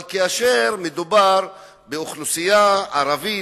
אבל כאשר מדובר באוכלוסייה ערבית,